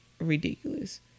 ridiculous